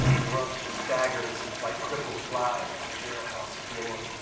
drunk staggers like cripple flies on jailhouse floor.